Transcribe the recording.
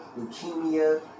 leukemia